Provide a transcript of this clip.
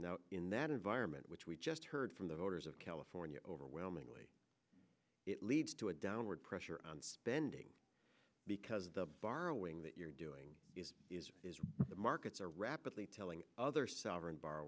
taxes in that environment which we just heard from the voters of california overwhelmingly it leads to a downward pressure on spending because of the borrowing that you're doing the markets are rapidly telling other sovereign b